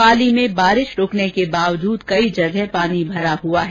पाली में बारिश रुकने के बावजूद कई जगह पानी भरा हुआ है